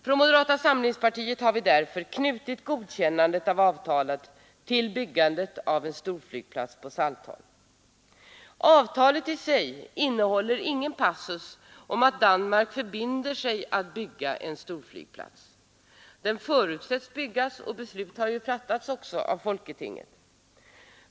Från moderata samlingspartiets sida har vi därför knutit godkännandet av avtalet till byggandet av en storflygplats på Saltholm. Avtalet i sig innehåller ingen passus om att Danmark förbinder sig att bygga en storflygplats. Den förutsätts bli byggd, och beslut har också fattats av folketinget.